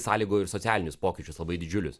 sąlygojo ir socialinius pokyčius labai didžiulius